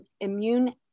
immune